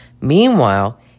Meanwhile